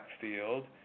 field